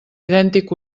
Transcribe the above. idèntic